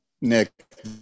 Nick